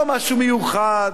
לא משהו מיוחד,